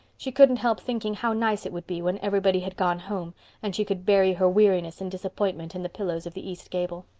she couldn't help thinking how nice it would be when everybody had gone home and she could bury her weariness and disappointment in the pillows of the east gable.